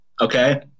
Okay